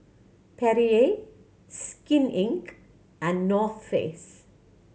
Perrier Skin Inc and North Face